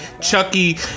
Chucky